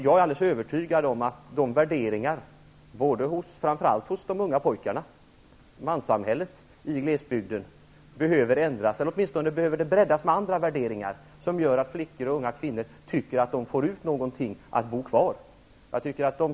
Jag är övertygad om att värderingarna hos framför allt de unga pojkarna, manssamhället i glesbygden, behöver ändras eller åtminstone breddas med andra värderingar som skulle medföra att flickor och unga kvinnor tycker att de får ut något av att bo kvar.